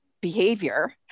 behavior